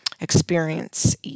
experience